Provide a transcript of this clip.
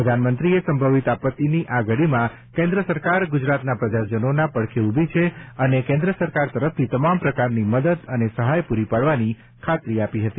પ્રધાનમંત્રીશ્રીએ સંભવિત આપત્તિની આ ઘડીમાં કેન્દ્ર સરકાર ગુજરાતના પ્રજાજનોના પડખે ઊભી છે અને કેન્દ્ર સરકાર તરફથી તમામ પ્રકારની મદદ અને સહાય પૂરી પાડવાની ખાતરી આપી હતી